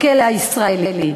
בכלא הישראלי.